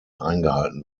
eingehalten